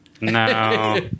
No